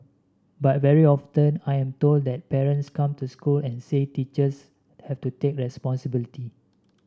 but very often I am told that parents come to school and say teachers have to take responsibility